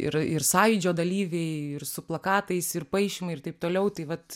ir ir sąjūdžio dalyviai ir su plakatais ir paišymai ir taip toliau tai vat